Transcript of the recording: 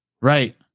Right